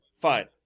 fine